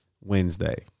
Wednesday